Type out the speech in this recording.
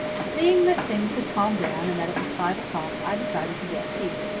seeing that things had calmed down and that it was five o'clock i decided to get tea.